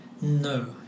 No